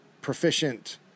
proficient